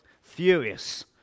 Furious